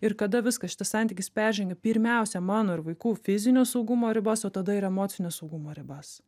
ir kada viskas šitas santykis peržengia pirmiausia mano ir vaikų fizinio saugumo ribas o tada ir emocinio saugumo ribas